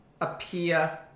appear